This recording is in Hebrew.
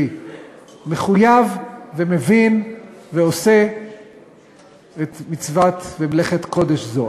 מחויב ומבין ועושה את מצוות ומלאכת קודש זו.